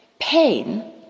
pain